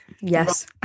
Yes